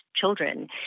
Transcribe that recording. children